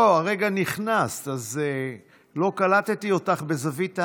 לא, הרגע נכנסת, אז לא קלטתי אותך בזווית העין.